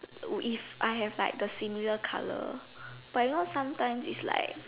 would if I have like the similar colour but you know sometimes it's like